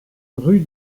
rue